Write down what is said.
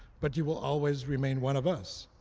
but you will always remain one of us.